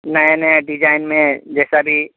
नया नया डिजाइन में जैसा भी